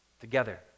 together